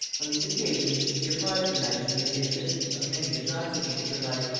on these occasions he apprized her majesty of the existence of many designs against her life,